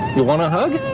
you want a hug?